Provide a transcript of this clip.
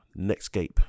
Netscape